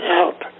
out